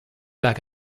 back